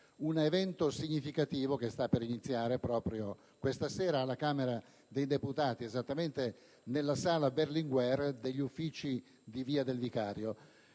un evento significativo che sta per iniziare proprio questa sera alla Camera dei deputati, esattamente nella sala Berlinguer di Via degli Uffici del Vicario.